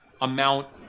amount